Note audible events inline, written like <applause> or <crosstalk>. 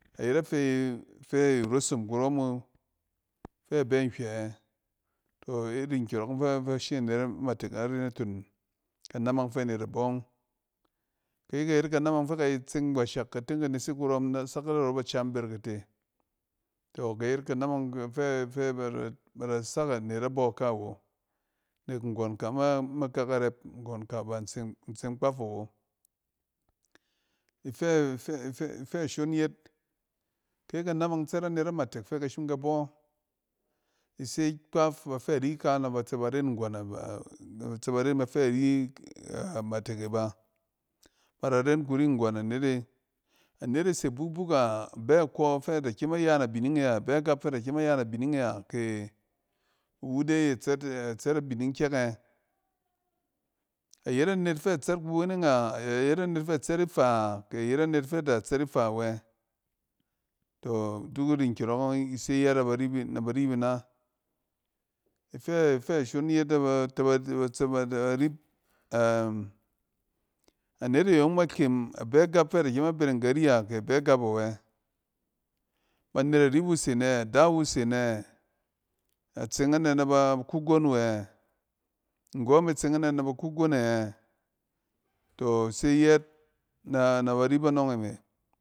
Ayet afɛ-fe rosom kurom wu fe bɛ nhywɛ z? Tↄ iri nkyↄrↄk ↄng fɛ-fɛ ba shim anet amtek na ren aton kanamang fɛ net da bↄ ↄng ke ka yet kanamang fɛ ka teng ka tseng washak, ka teng ka nesek kurↄm na sakir narↄ bacan berkete, tↄ ka yet kanamang fɛ-fɛ ba da sak anet na bↄ ka wo nek nggↄn ka ma k aka rep-nggↄn k aba in tseng-tseng kpaf awo. Ifɛ-if-f-ifɛ shon yet ke kanamng tsɛt anet amtek fɛ ka shim ka bↄ, ise kpaf bafɛ ri ka nɛ bat se bar en nggↄn a <hesitation> nv ba tsɛ bar en ba fɛ ri <hesitation> mate e ba. Bada ren kuri nggↄn anet e. Anet e se bukbuk a, a bɛ kↄ fɛ ada kyem a ya nabining e a? Abɛ gap fɛ da kyem aya na bining e a? Ke iwu dey a tsɛt kuweneng a? Ayet a net fɛ tsɛt ifa wɛ? Tↄ, duk iri nkyↄrↄk ↄng ise yɛɛt naba rip-na ba rip ina. Ifɛ shon yet nab ate ba tsɛ ba rip a-anet e yong ma kyem, a bɛ gap fɛ da kyem a bereng kari a, ke bɛ gap awɛ? Banet ari wu se nɛ? Ada wu ɛ? Nggↄ me tseng anɛ na ba kagon wu ɛ? To ise yɛɛt na ba rip anↄng e me to se yet na-na wari bonuew